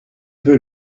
peu